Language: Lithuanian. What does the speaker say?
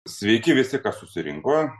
sveiki visi susirinko